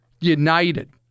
United